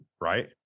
right